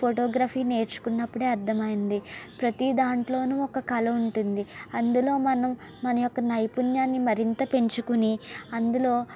photography నేర్చుకున్నప్పుడే అర్ధమయ్యింది ప్రతీ దాంట్లోనూ ఒక కళ ఉంటుంది అందులో మనం మన యొక్క నైపుణ్యాన్ని మరింత పెంచుకోని అందులో